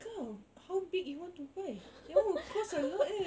kau how big you want to buy that [one] will cost a lot eh